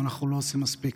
ואנחנו לא עושים מספיק.